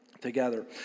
together